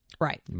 Right